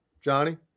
Johnny